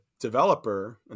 developer